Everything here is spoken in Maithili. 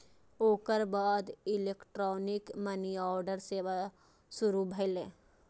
ओकर बाद इलेक्ट्रॉनिक मनीऑर्डर सेवा शुरू भेलै